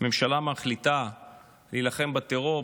כשהממשלה מחליטה להילחם בטרור,